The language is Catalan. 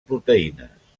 proteïnes